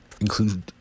include